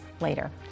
later